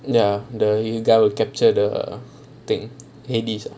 ya the ninja will capture the things hades ah